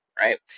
Right